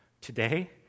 Today